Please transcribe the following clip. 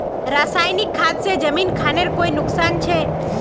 रासायनिक खाद से जमीन खानेर कोई नुकसान छे?